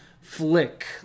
flick